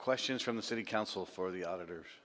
questions from the city council for the auditor